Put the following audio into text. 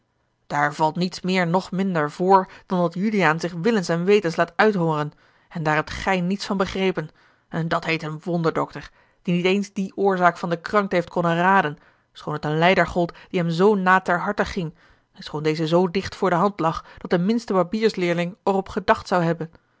daar valt niets meer noch minder voor dan dat juliaan zich willens en wetens laat uithongeren en daar hebt gij niets van begrepen en dat heet een wonderdokter die niet eens die oorzaak van de krankte heeft konnen raden schoon het een lijder gold die hem zoo na ter harte ging en schoon deze zoo dicht voor de hand lag dat de minste barbiersleerling er op gedacht zoude hebben